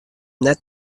net